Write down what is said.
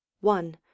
one